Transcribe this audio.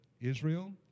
Israel